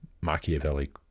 Machiavelli